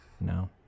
No